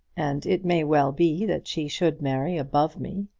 and it may well be that she should marry above me.